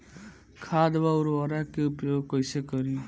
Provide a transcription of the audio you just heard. खाद व उर्वरक के उपयोग कइसे करी?